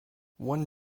one